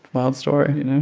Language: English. wild story.